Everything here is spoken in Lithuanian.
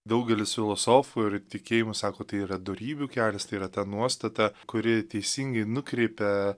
daugelis filosofų ir tikėjimas sako tai yra dorybių kelias tai yra ta nuostata kuri teisingai nukreipia